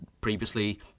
previously